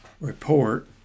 report